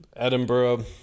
Edinburgh